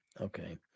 Okay